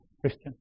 Christian